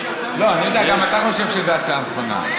לא, אני יודע, גם אתה חושב שזו הצעה נכונה.